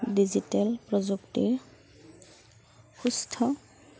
digital প্ৰযুক্তিৰ সুস্থ